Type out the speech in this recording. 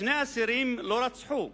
שני אסירים לא רצחו,